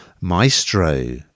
Maestro